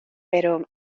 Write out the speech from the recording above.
pero